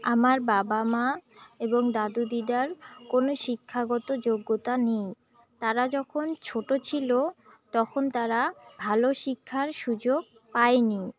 আমার বাবা মা এবং দাদু দিদার কোনো শিক্ষাগত যোগ্যতা নেই তারা যখন ছোটো ছিল তখন তারা ভালো শিক্ষার সুযোগ পায়নি